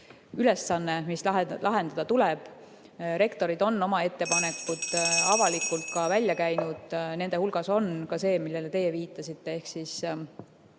ülesanne, mis lahendada tuleb. Rektorid on oma ettepanekud avalikult ka välja käinud. Nende hulgas on ka see, millele teie viitasite, ehk eraraha